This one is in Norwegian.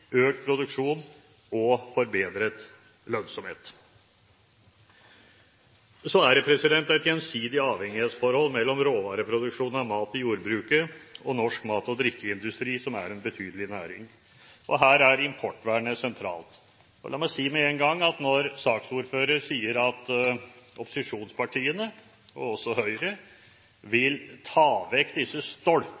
økt produksjon og forbedret lønnsomhet. Det er et gjensidig avhengighetsforhold mellom råvareproduksjon av mat i jordbruket og norsk mat- og drikkeindustri, som er en betydelig næring. Her er importvernet sentralt. La meg si med en gang at når saksordføreren sier at opposisjonspartiene, også Høyre,